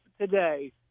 today